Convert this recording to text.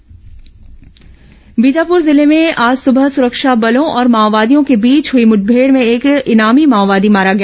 माओवादी मुठभेड बीजापुर जिले में आज सुबह सुरक्षा बलों और माओवादियों के बीच हुई मुठभेड़ में एक इनामी माओवादी मारा गया